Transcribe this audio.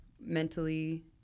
mentally